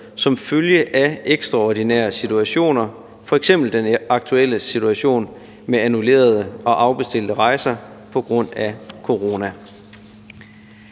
som følge af ekstraordinære situationer, f.eks. den aktuelle situation med annullerede og afbestilte rejser på grund af corona.